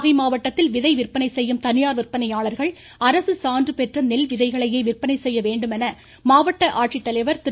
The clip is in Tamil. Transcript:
நாகை மாவட்டத்தில் விதை விற்பனை செய்யும் தனியார் விற்பனையாளர்கள் அரசு சான்று பெற்ற நெல் விதைகளையே விற்பனை செய்ய வேண்டும் என மாவட்ட ஆட்சித்தலைவர் திரு